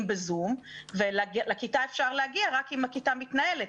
ב-זום ולכיתה אפשר להגיע רק אם הכיתה מתנהלת.